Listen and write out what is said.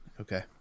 Okay